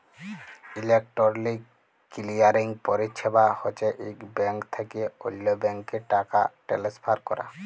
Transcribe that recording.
electronic clearing পরিছেবা হছে ইক ব্যাংক থ্যাইকে অল্য ব্যাংকে টাকা টেলেসফার ক্যরা